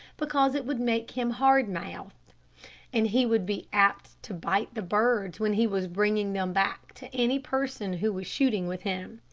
because it would make him hard-mouthed, and he would be apt to bite the birds when he was bringing them back to any person who was shooting with him.